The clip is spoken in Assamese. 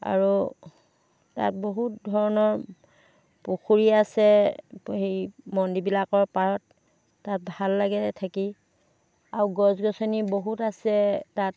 আৰু তাত বহুত ধৰণৰ পুখুৰী আছে হেৰি মন্দিৰবিলাকৰ পাৰত তাত ভাল লাগে থাকি আৰু গছ গছনি বহুত আছে তাত